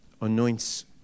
anoints